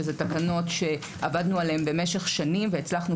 שאלה תקנות שעבדנו עליהם במשך שנים והצלחנו